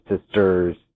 sisters